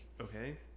Okay